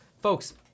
Folks